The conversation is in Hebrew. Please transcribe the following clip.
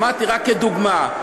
אמרתי, רק כדוגמה.